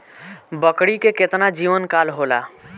बकरी के केतना जीवन काल होला?